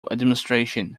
administration